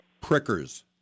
Prickers